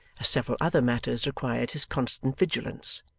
several other matters required his constant vigilance.